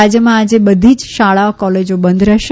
રાજયમાં આજે બધી જ શાળા કોલેજો બંધ રહેશે